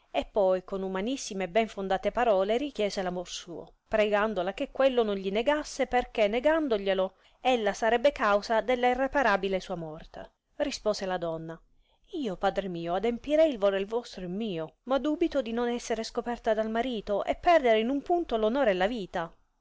e poi con umanissime e ben fondate parole richiese l'amor suo pregandola che quello non gli negasse perchè negandoglielo ella sarebbe causa della irreparabile sua morte rispose la donna io padre mio adempirei il voler vostro e mio ma dubito di non essere scoperta dal marito e perdere in un punto l onore e la vita